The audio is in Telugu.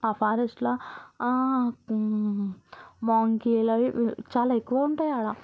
ఆ ఫారెస్ట్ లో మంకీలు అవి చాలా ఎక్కువ ఉంటాయి అక్కడ